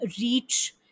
reach